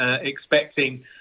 expecting